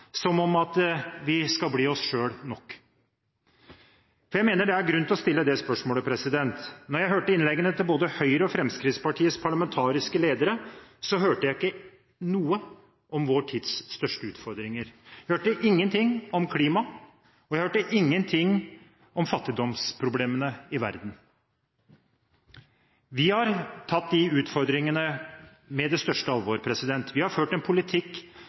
spørsmålet om vi er i ferd med å få en politikk – i hvert fall sånn som det så langt har fortonet seg – der vi skal bli oss selv nok. Jeg mener det er grunn til å stille det spørsmålet. Da jeg hørte innleggene til både Høyre og Fremskrittspartiets parlamentariske ledere, hørte jeg ikke noe om vår tids største utfordringer. Jeg hørte ingenting om klima, og jeg hørte ingenting om fattigdomsproblemer i verden. Vi har tatt de utfordringene